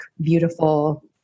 beautiful